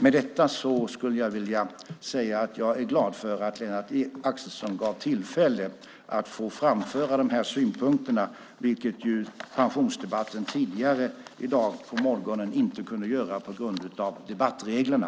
Med detta vill jag säga att jag är glad att Lennart Axelsson gav tillfälle att få framföra de här synpunkterna, vilket ju pensionsdebatten tidigare i dag på morgonen inte gav utrymme till på grund av debattreglerna.